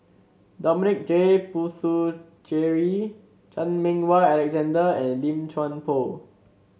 Dominic J Puthucheary Chan Meng Wah Alexander and Lim Chuan Poh